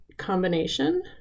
Combination